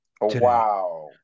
wow